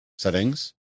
settings